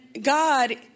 God